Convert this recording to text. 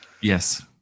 yes